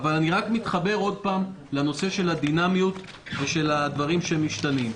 אני רק מתחבר עוד פעם לנושא של הדינמיות ושל הדברים שמשתנים.